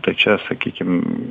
tai čia sakykim